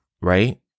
right